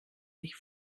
sich